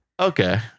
Okay